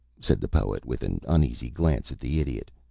said the poet, with an uneasy glance at the idiot.